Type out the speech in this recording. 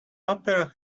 opera